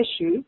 issue